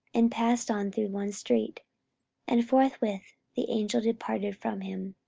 and passed on through one street and forthwith the angel departed from him.